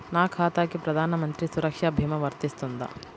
నా ఖాతాకి ప్రధాన మంత్రి సురక్ష భీమా వర్తిస్తుందా?